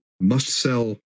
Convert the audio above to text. must-sell